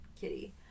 Kitty